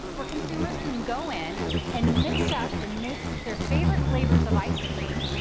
where consumers can go in and mix up and make their favorite flavors of ice cream.